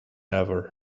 ever